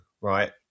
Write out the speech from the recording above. right